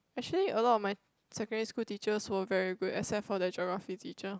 actually a lot of my secondary school teachers were very good except for that geography teacher